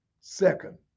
second